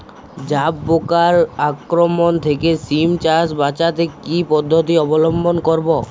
জাব পোকার আক্রমণ থেকে সিম চাষ বাচাতে কি পদ্ধতি অবলম্বন করব?